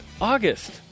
August